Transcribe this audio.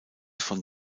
von